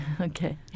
Okay